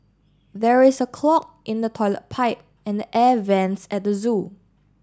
there is a clog in the toilet pipe and the air vents at the zoo